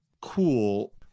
cool